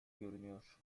görünüyor